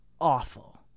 awful